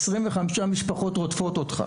עשרים וחמש משפחות רודפות אותך.